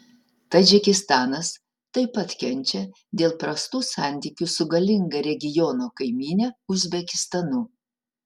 tadžikistanas taip pat kenčia dėl prastų santykių su galinga regiono kaimyne uzbekistanu